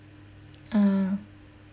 ah